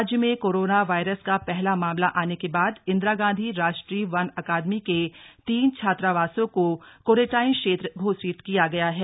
राज्य में corona virus का पहला मामला आने के बाद इंदिरा गांधी राष्ट्रीय वन अकादमी के तीन छात्रावासों को कोरेंटाइन क्षेत्र घोषित किया गया है